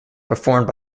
performed